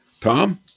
Tom